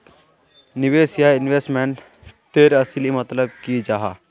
निवेश या इन्वेस्टमेंट तेर असली मतलब की जाहा?